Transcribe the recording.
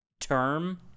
term